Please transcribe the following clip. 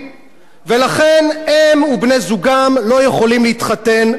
ולכן הם ובני-זוגם לא יכולים להתחתן בישראל.